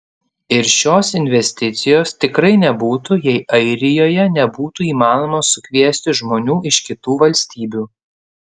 ir šios investicijos tikrai nebūtų jei airijoje nebūtų įmanoma sukviesti žmonių iš kitų valstybių